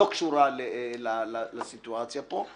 בלי קשר לסיטואציה פה,